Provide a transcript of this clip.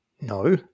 No